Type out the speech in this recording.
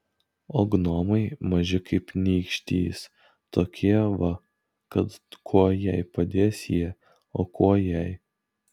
o gnomai maži kaip nykštys tokie va tad kuo jai padės jie o kuo jai